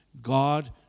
God